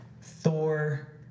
Thor